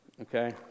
okay